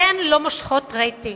אתם לא מושכות רייטינג.